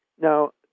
Now